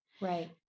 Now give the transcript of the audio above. Right